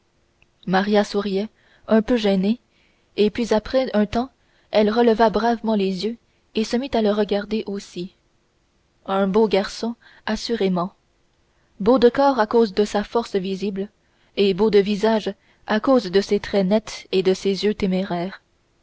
maria souriait un peu gênée et puis après un temps elle releva bravement les yeux et se mit à le regarder aussi un beau garçon assurément beau de corps à cause de sa force visible et beau de visage à cause de ses traits nets et de ses yeux téméraires